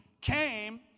came